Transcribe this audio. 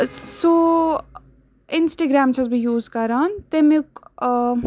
سو Instagram چھَس بہٕ use کَران تمیُک